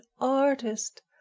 artist